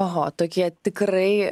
oho tokie tikrai